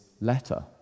letter